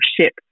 ship